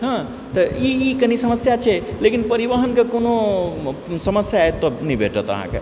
हँ तऽ ई ई कनि समस्या छै लेकिन परिवहन कऽ कोनो समस्या एतय नहि भेटत अहाँके